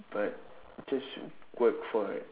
but just work for it